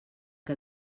que